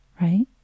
right